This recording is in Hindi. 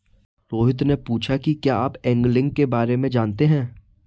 रोहित ने पूछा कि क्या आप एंगलिंग के बारे में जानते हैं?